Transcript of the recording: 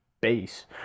base